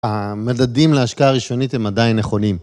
המדדים להשקעה ראשונית הם עדיין נכונים.